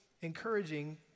encouraging